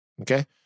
Okay